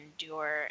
endure